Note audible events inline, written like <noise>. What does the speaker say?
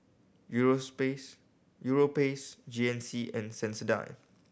<unintelligible> Europace G N C and Sensodyne